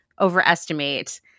overestimate